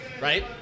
right